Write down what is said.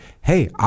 Hey